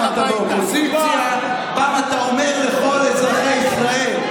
דרך אגב, מתי הלכנו לבחירות?